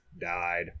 died